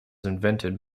invented